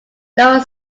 lower